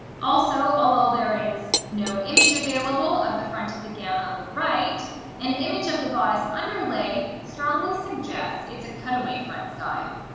also although there is no image available of the front of the gown on the right an image of the bodice underlay strongly suggests it's a cutaway front style,